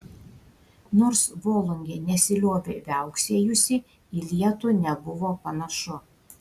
nors volungė nesiliovė viauksėjusi į lietų nebuvo panašu